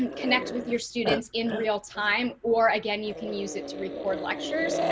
and connect with your students in real time. or again, you can use it to record lectures.